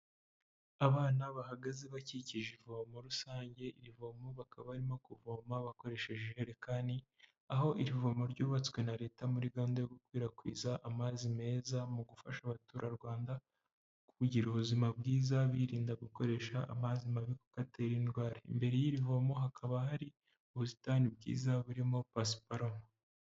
Abana bahagaze bakikije ivomo rusange, ivomo bakaba barimo kuvoma bakoresheje ejerekani aho iri vomo ryubatswe na leta muri gahunda yo gukwirakwiza amazi meza mu gufasha abaturarwanda, kugira ubuzima bwiza birinda gukoresha amazi mabi kuko atera indwara imbere y'iri vomo hakaba hari ubusitani bwiza, burimo pasiparama.